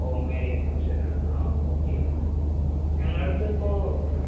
ഓ marriage ഫങ്ഷനാണ് ആ okay ഞങ്ങളുടെയടുത്ത് ഇപ്പോള്